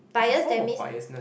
is a form of biasness